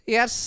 Yes